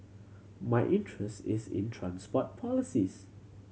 my interest is in transport policies